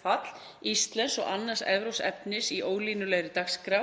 hlutfall íslensks og annars evrópsks efnis í ólínulegri dagskrá,